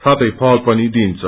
साथै फल पनि दिइन्छ